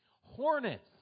hornets